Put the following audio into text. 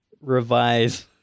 revise